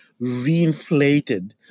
reinflated